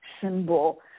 symbol